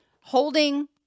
holding